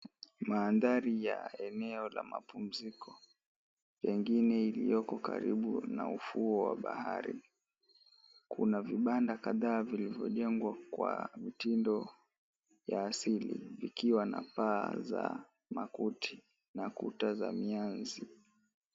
Mandhari la eneo la mapumziko pengine iliyoko karibu na ufuo wa bahari, kuna vibanda kadhaa vilivyojengwa kwa mitindo ya ceiling vikiwa na paa za makuti na kuta za mianzi.